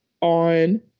on